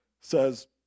says